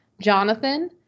Jonathan